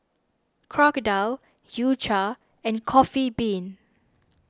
Crocodile U Cha and Coffee Bean